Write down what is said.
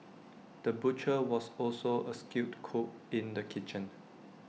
the butcher was also A skilled cook in the kitchen